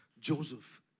Joseph